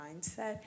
mindset